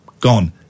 gone